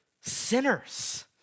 sinners